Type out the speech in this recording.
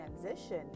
transition